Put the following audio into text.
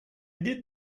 did